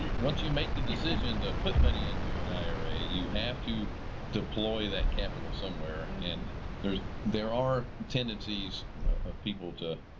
once you make the decision to put money into an ira, you have to deploy that capital somewhere and there there are tendencies of people to,